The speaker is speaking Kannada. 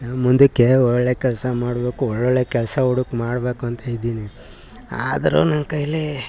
ನಾ ಮುಂದಕ್ಕೆ ಒಳ್ಳೊಳ್ಳೆಯ ಕೆಲಸ ಮಾಡಬೇಕು ಒಳ್ಳೊಳ್ಳೆಯ ಕೆಲಸ ಹುಡುಕಿ ಮಾಡಬೇಕು ಅಂತ ಇದೀನಿ ಆದರೂ ನನ್ನ ಕೈಯಲ್ಲಿ